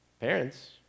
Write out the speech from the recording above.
Parents